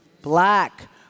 Black